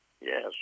Yes